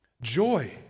Joy